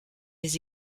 les